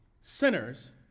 Sinners